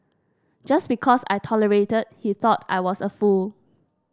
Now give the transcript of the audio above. just because I tolerated he thought I was a fool